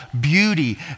beauty